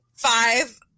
five